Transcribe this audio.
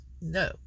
No